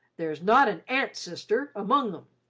there's not an auntsister among em,